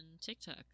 TikTok